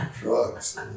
drugs